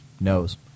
knows